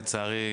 לצערי,